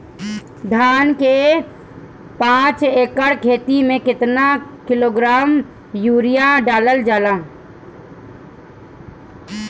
धान के पाँच एकड़ खेती में केतना किलोग्राम यूरिया डालल जाला?